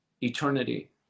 eternity